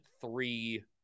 three